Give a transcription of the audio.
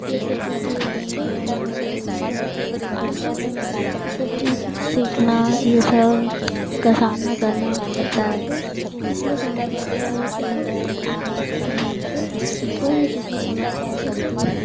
ये सब चीज की दैनिक जीवन में रोज भी आ पड़ता है ये सब चीज सीखना ये सब का सामना करना पड़ता है इसलिए सामना पड़ता है कहीं जाए या रास्ते में कोई भी चीज की समस्या आ सकती है